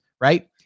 right